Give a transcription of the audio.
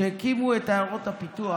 כשהקימו את עיירות הפיתוח,